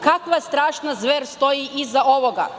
Kakva strašna zver stoji iza ovoga?